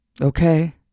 Okay